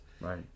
Right